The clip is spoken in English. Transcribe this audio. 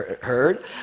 heard